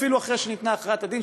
אפילו אחרי שניתנה הכרעת-הדין,